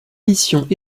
missions